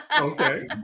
Okay